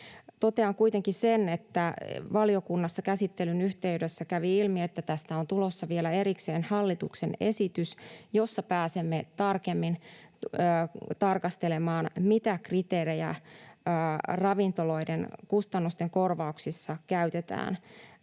Totean kuitenkin sen, että valiokunnassa käsittelyn yhteydessä kävi ilmi, että tästä on tulossa vielä erikseen hallituksen esitys, jossa pääsemme tarkemmin tarkastelemaan, mitä kriteerejä ravintoloiden kustannusten korvauksissa käytetään.